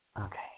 Okay